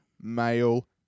male